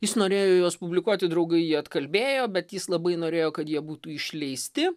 jis norėjo juos publikuoti draugai jį atkalbėjo bet jis labai norėjo kad jie būtų išleisti